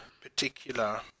particular